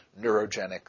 neurogenic